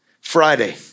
Friday